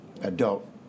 adult